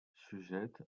sujette